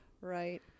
right